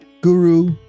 Guru